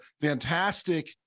fantastic